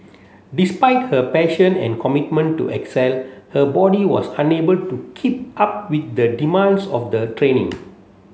despite her passion and commitment to excel her body was unable to keep up with the demands of the training